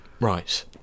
Right